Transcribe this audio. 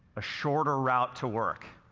a shorter route to work,